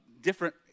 different